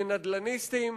לנדל"ניסטים,